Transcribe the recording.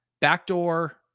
Backdoor